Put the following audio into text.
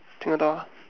听得到吗